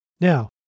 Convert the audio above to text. Now